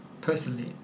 personally